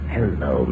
Hello